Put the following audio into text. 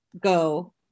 go